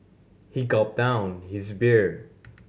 he gulped down his beer